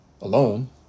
alone